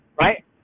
right